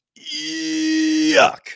Yuck